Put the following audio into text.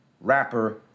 rapper